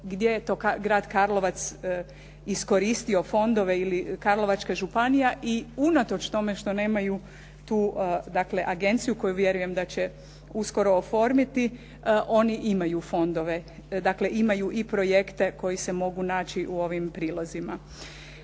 gdje je to grad Karlovac iskoristio fondove ili Karlovačka županija i unatoč tome što nemaju tu, dakle agenciju koju vjerujem da će uskoro oformiti oni imaju fondove. Dakle, imaju i projekte koji se mogu naći u ovim prilozima.